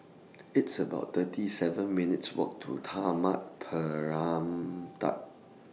It's about thirty seven minutes' Walk to Taman Permata